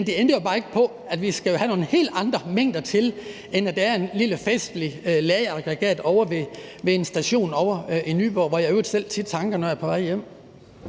Men det ændrer jo bare ikke på, at der skal nogle helt andre mængder til end et lille festligt ladeaggregat ved en station ovre i Nyborg, hvor jeg i øvrigt selv tit tanker, når jeg er på vej hjem.